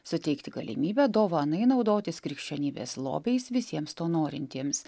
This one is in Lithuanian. suteikti galimybę dovanai naudotis krikščionybės lobiais visiems to norintiems